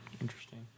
Interesting